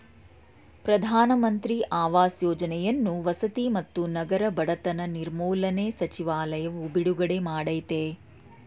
ಪ್ರಧಾನ ಮಂತ್ರಿ ಆವಾಸ್ ಯೋಜನೆಯನ್ನು ವಸತಿ ಮತ್ತು ನಗರ ಬಡತನ ನಿರ್ಮೂಲನೆ ಸಚಿವಾಲಯವು ಬಿಡುಗಡೆ ಮಾಡಯ್ತೆ